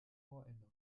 ohrinneren